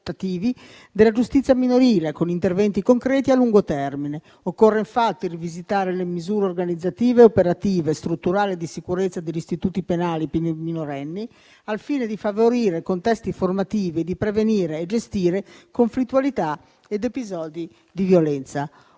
della giustizia minorile, con interventi concreti a lungo termine. Occorre infatti rivisitare le misure organizzative, operative e strutturali di sicurezza degli istituti penali per i minorenni, al fine di favorire contesti formativi e di prevenire e gestire conflittualità ed episodi di violenza.